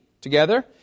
Together